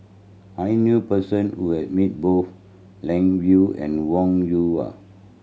I knew person who has met both Lan Yoo and Wong Yoon Wah